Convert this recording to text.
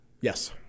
Yes